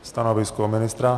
Stanovisko ministra?